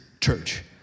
church